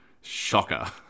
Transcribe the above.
Shocker